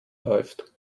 läuft